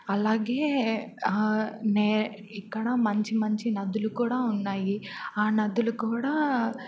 అలాగే నే ఇక్కడ మంచి మంచి నదులు కూడా ఉన్నాయి ఆ నదులు కూడా